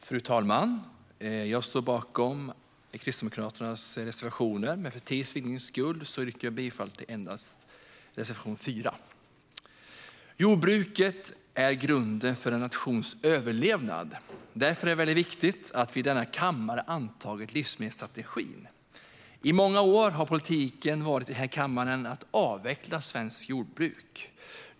Fru talman! Jag står bakom Kristdemokraternas reservationer, men för tids vinnande yrkar jag bifall endast till reservation 4. Jordbruket är grunden för en nations överlevnad. Därför är det viktigt att vi i denna kammare har antagit livsmedelsstrategin. I många år handlade politiken i denna kammare om att avveckla svenskt jordbruk.